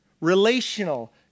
relational